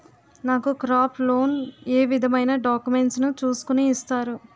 నాకు crop loan ఏ విధమైన డాక్యుమెంట్స్ ను చూస్కుని ఇస్తారు?